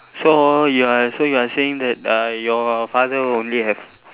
so you are so you are saying that uh your father only have